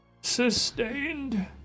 sustained